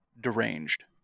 deranged